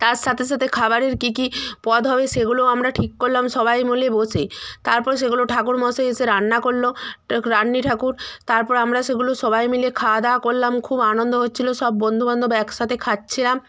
তার সাতে সাতে খাবারের কী কী পদ হবে সেগুলোও আমরা ঠিক করলাম সবাই মিলে বসে তারপর সেগুলো ঠাকুরমশাই এসে রান্না করলো রান্নার ঠাকুর তারপর আমরা সেগুলো সবাই মিলে খাওয়া দাওয়া করলাম খুব আনন্দ হচ্ছিলো সব বন্ধুবান্ধব একসাথে খাচ্ছিলাম